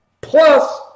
Plus